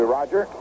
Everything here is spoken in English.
Roger